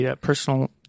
personal